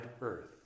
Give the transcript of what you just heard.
earth